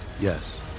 Yes